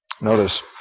Notice